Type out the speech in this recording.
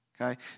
Okay